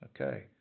Okay